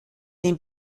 den